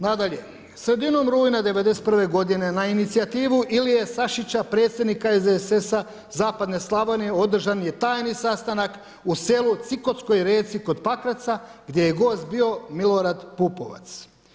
Nadalje, sredinom rujna '91. godine na inicijativu Ilije Sašića predsjednika SDSS-a zapadne Slavonije održan je tajni sastanak u selu Cikotskoj Reci kod Pakraca gdje gost bio Milorad Pupovac.